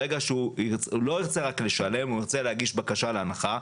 ברגע שהוא לא ירצה רק לשלם והוא ירצה בקשה להנחה,